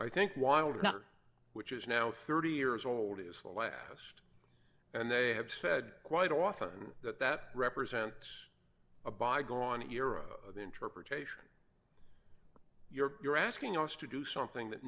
matter which is now thirty years old is the last and they have said quite often that that represents a bygone era of interpretation you're you're asking us to do something that